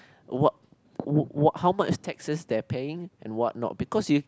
what wh~ what how much taxes they're paying and what not because you